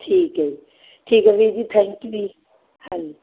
ਠੀਕ ਹੈ ਠੀਕ ਹੈ ਵੀਰ ਜੀ ਥੈਂਕ ਯੂ ਜੀ ਹਾਂਜੀ